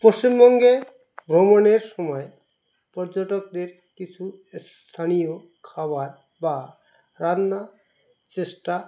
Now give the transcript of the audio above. পশ্চিমবঙ্গে ভ্রমণের সময় পর্যটকদের কিছু স্থানীয় খাবার বা রান্নার চেষ্টা